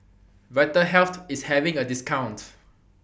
Vitahealth IS having A discount